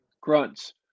Grunts